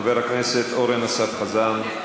חבר הכנסת אורן אסף חזן.